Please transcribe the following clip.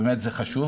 ובאמת זה חשוב,